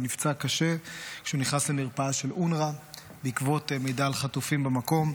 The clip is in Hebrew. הוא נפצע קשה כשהוא נכנס למרפאה של אונר"א בעקבות מידע על חטופים במקום.